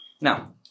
Now